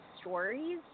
stories